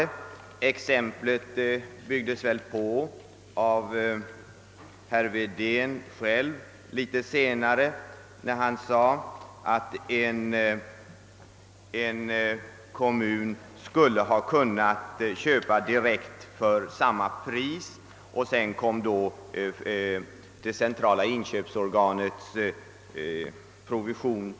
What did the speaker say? Det exempel herr Werner anförde byggdes litet senare på av herr Wedén själv. Han sade att en kommun skulle ha kunnat köpa direkt från tillverkaren för samma pris, och därtill kom det centrala inköpsorganets provision.